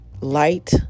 light